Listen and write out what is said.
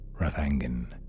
Rathangan